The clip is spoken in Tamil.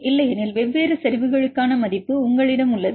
இல்லையெனில் வெவ்வேறு செறிவுகளுக்கான மதிப்பு உங்களிடம் உள்ளது